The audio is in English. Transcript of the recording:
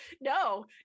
no